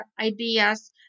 ideas